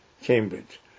Cambridge